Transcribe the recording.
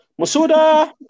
Masuda